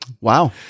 Wow